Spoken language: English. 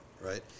Right